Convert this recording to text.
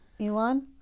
Elon